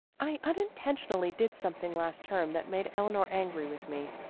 i unintentionally did something last term that made eleanor angry with me.